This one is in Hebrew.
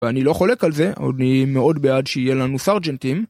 ואני לא חולק על זה, אני מאוד בעד שיהיה לנו סארג'נטים.